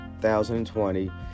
2020